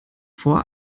vor